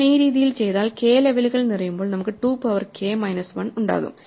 നമ്മൾ ഈ രീതിയിൽ ചെയ്താൽ k ലെവലുകൾ നിറയുമ്പോൾ നമുക്ക് 2പവർ k മൈനസ് 1 ഉണ്ടാകും